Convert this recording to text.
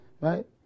right